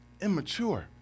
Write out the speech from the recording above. immature